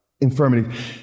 infirmity